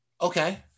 okay